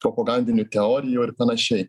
propagandinių teorijų ir panašiai